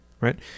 right